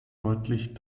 deutlich